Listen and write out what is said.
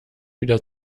wieder